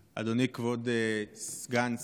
אדוני, כבוד סגן השר,